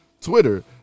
Twitter –